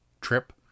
trip